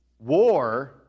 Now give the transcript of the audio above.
War